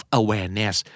awareness